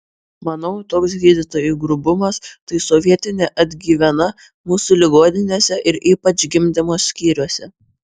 manau toks gydytojų grubumas tai sovietinė atgyvena mūsų ligoninėse ir ypač gimdymo skyriuose